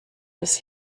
des